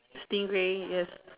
stingray yes